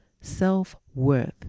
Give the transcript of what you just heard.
Self-worth